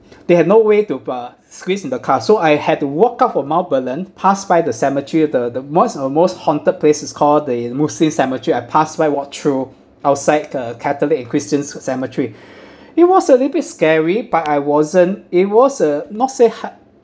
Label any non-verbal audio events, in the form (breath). there had no way to uh squeeze in the car so I had to walk up for mount vernon pass by the cemetery at the the most most haunted place is called the muslim cemetery I passed by walk through outside a catholic and christian cemetery (breath) it was a little bit scary but I wasn't it was a not say hun~ hundred percent negative or positive